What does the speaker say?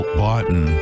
button